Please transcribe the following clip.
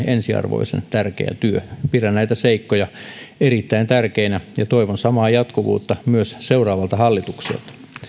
ensiarvoisen tärkeä työ pidän näitä seikkoja erittäin tärkeinä ja toivon samaa jatkuvuutta myös seuraavalta hallitukselta